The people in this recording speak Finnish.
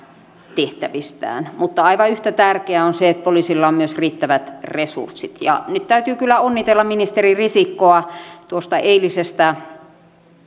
tehtävistään mutta aivan yhtä tärkeää on se että poliisilla on myös riittävät resurssit ja nyt täytyy kyllä onnitella ministeri risikkoa tuosta eilisestä